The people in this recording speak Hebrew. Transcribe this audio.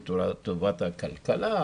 לטובת הכלכלה,